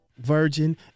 virgin